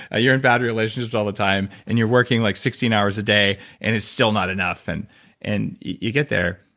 you're in bad relationships all the time and you're working like sixteen hours a day and it's still not enough. and and you get there.